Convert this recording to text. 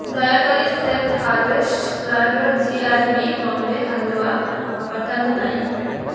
ଦୟାକରି safe harvest ବ୍ରାଣ୍ଡର G R B Bombay halwa ପଠାନ୍ତୁ ନାହିଁ